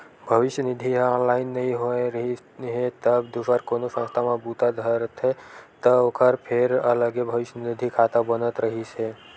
भविस्य निधि ह ऑनलाइन नइ होए रिहिस हे तब दूसर कोनो संस्था म बूता धरथे त ओखर फेर अलगे भविस्य निधि खाता बनत रिहिस हे